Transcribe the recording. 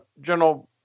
General